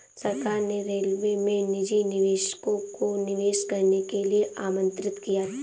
सरकार ने रेलवे में निजी निवेशकों को निवेश करने के लिए आमंत्रित किया